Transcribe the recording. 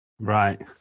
Right